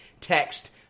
Text